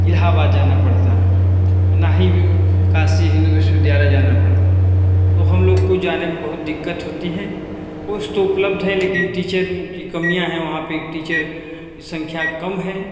इलाहाबाद जाना पड़ता और ना ही काशी हिन्दू विश्वविद्यालय जाना पड़ता तो हम लोग को जाने में बहुत दिक़्क़त होती हे कोर्स तो उपलब्ध है लेकिन टीचर की कमियाँ हैं वहाँ पे एक टीचर की संख्या कम है